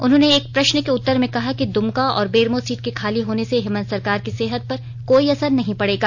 उन्होंने एक प्रश्न के उत्तर में कहा कि द्मका और बेरमो सीट के खाली होने से हेमन्त सरकार की सेहत पर कोई असर नहीं पड़ेगा